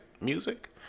music